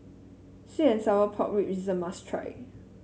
sweet and Sour Pork rib is a must try